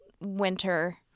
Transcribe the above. winter